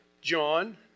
John